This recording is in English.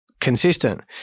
consistent